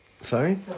Sorry